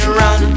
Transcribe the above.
run